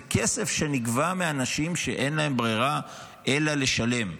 זה כסף שנגבה מאנשים שאין להם ברירה אלא לשלם.